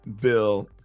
Bill